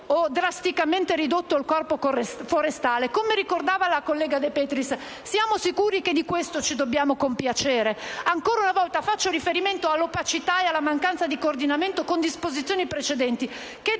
o drasticamente ridotto il Corpo forestale. Come ricordava la collega De Petris, siamo sicuri che di questo ci dobbiamo compiacere? Ancora una volta, faccio riferimento all'opacità e alla mancanza di coordinamento con disposizioni precedenti